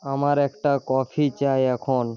আমার একটা কফি চাই এখন